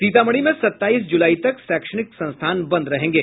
सीतामढ़ी में सताईस जुलाई तक शैक्षणिक संस्थान बंद रहेंगे